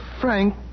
Frank